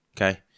Okay